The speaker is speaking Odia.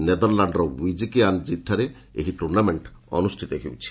ନେଦରଲ୍ୟାଣ୍ଡ୍ର ୱିକ୍କି ଆନ୍ ଜିଠାରେ ଏହି ଟୁର୍ଣ୍ଣାମେଣ୍ଟ୍ ଅନୁଷ୍ଠିତ ହେଉଛି